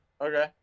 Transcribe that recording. Okay